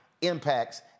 impacts